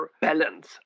balance